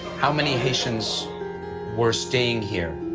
how many haitians were staying here?